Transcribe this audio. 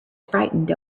frightened